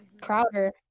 Crowder